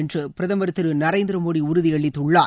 என்று பிரதமர் திரு நரேந்திர மோடி உறுதி அளித்துள்ளார்